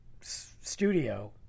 studio